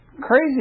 crazy